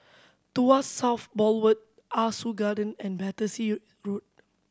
Tuas South Boulevard Ah Soo Garden and Battersea Road